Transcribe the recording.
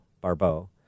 Barbeau